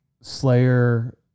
Slayer